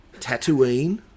Tatooine